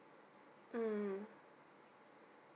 mm